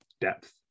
depth